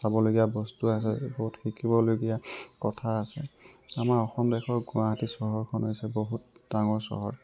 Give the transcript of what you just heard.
চাবলগীয়া বস্তু আছে বহুত শিকিবলগীয়া কথা আছে আমাৰ অসম দেশৰ গুৱাহাটী চহৰখন হৈছে বহুত ডাঙৰ চহৰ